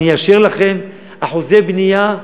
אני אאשר לכם אחוזי בנייה,